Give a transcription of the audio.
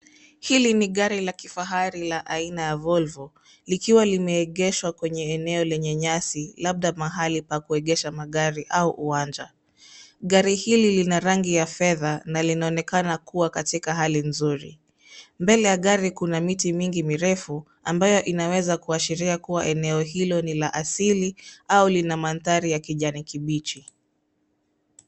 Hili ni gari la kifahari la aina ya Volvo, likiwa limeegeshwa kwenye eneo lenye nyasi, labda mahali pa kuegesha magari au uwanja. Gari hili lina rangi ya fedha na linaonekana kuwa katika hali nzuri. Mbele ya gari kuna miti mingi mirefu, ambayo inaweza kuashiria kuwa eneo hilo ni la asili au lina mandhari ya kijani kibichi.